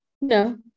No